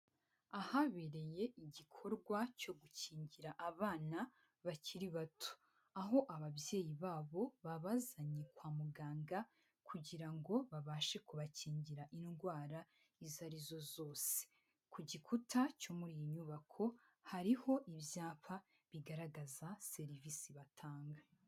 Ahabereye igikorwa cyo gukingira abana bakiri bato, aho ababyeyi babo babazanye kwa muganga kugira ngo babashe kubakingira indwara izo arizo zose, ku gikuta cyo muri iyi nyubako hariho ibyapa bigaragaza serivisi batanga.